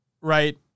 right